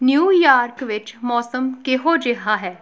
New York ਵਿੱਚ ਮੌਸਮ ਕਿਹੋ ਜਿਹਾ ਹੈ